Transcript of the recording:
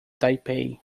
taipei